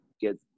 get